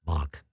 Mark